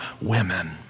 women